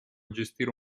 gestire